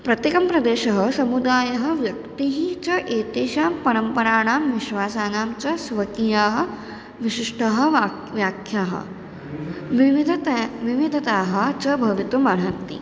प्रत्येकं प्रदेशः समुदायः व्यक्तिः च एतेषां परम्पराणां विश्वासानां च स्वकीयाः विशिष्ट वाक् व्याख्याः विविधते विविधताः च भवितुम् अर्हन्ति